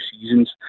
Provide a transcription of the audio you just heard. seasons